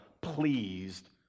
pleased